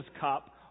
cup